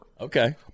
Okay